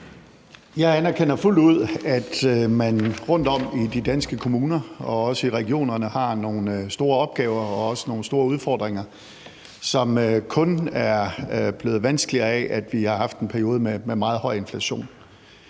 Jeg anerkender fuldt ud, at man rundtom i de danske kommuner og også i regionerne har nogle store opgaver og også nogle store udfordringer, som kun er blevet vanskeligere af, at vi har haft en periode med meget høj inflation.